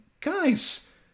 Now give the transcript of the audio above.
guys